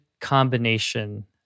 combination